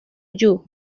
you